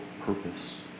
purpose